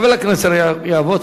חבר הכנסת מיכאל בן-ארי,